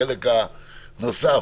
החלק הנוסף,